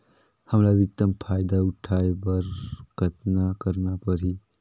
हमला अधिकतम फायदा उठाय बर कतना करना परही?